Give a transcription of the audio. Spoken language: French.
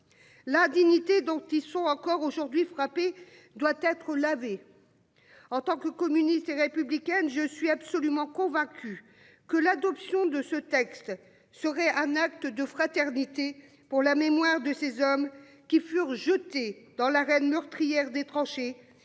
La dignité dont ils sont encore aujourd'hui frappée doit être lavé. En tant que communiste et républicaine, je suis absolument convaincu que l'adoption de ce texte serait un acte de fraternité pour la mémoire de ces hommes qui furent jetés dans l'arène meurtrière des tranchées